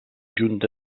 junta